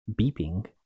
beeping